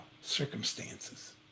circumstances